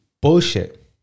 Bullshit